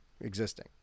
existing